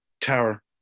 tower